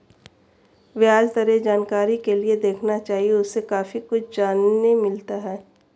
ब्याज दरें जानकारी के लिए देखना चाहिए, उससे काफी कुछ जानने मिलता है